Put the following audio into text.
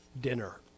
dinner